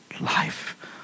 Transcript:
life